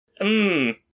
Mmm